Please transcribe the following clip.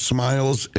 Smiles